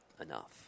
enough